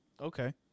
Okay